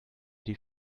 die